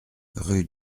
rue